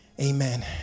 amen